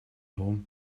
home